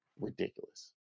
ridiculous